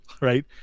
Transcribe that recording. right